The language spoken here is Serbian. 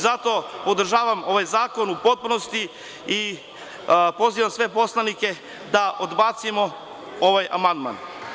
Zato podržavam ovaj zakon u potpunosti i pozivam sve poslanike da odbacimo ovaj amandman.